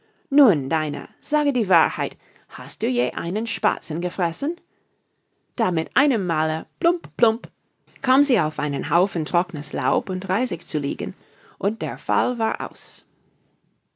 nun dinah sage die wahrheit hast du je einen spatzen gefressen da mit einem male plump plump kam sie auf einen haufen trocknes laub und reisig zu liegen und der fall war aus